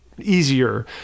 easier